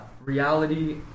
reality